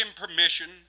permission